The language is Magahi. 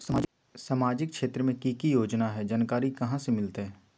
सामाजिक क्षेत्र मे कि की योजना है जानकारी कहाँ से मिलतै?